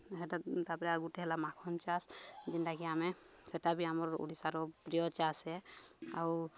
ସେଟା ତାପରେ ଆଉ ଗୁଟେ ହେଲା ମାଖନ୍ ଚାଷ ଯେନ୍ଟାକି ଆମେ ସେଟା ବି ଆମର ଓଡ଼ିଶାର ପ୍ରିୟ ଚାଷ୍ ହେ ଆଉ